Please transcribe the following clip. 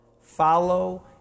follow